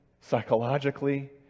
psychologically